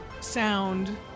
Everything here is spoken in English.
sound